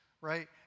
right